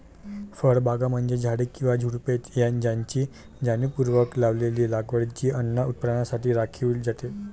फळबागा म्हणजे झाडे किंवा झुडुपे यांची जाणीवपूर्वक लावलेली लागवड जी अन्न उत्पादनासाठी राखली जाते